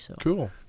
Cool